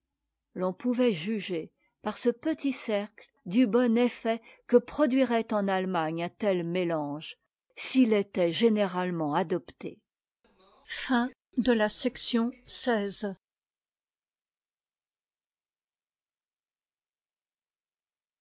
l'on pouvait juger par ce petit cercle du bon effet que produirait en allemagne un tel métange s'il était généralement adopté chapitre xvi